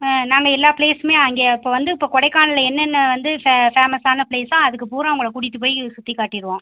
ஆ நாங்கள் எல்லா ப்ளேஸுமே அங்கே இப்போது வந்து இப்போது கொடைக்கானலில் என்னென்ன வந்து ஃபே ஃபேமஸானா ப்ளேஸோ அதுக்கு பூரா உங்களை கூட்டிகிட்டு போய் சுற்றி காட்டிருவோம்